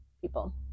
people